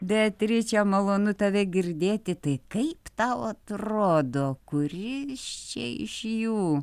beatriče malonu tave girdėti tai kaip tau atrodo kuris čia iš jų